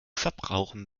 verbrauchen